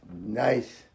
nice